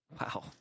Wow